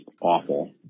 awful